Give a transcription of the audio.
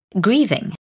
grieving